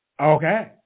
Okay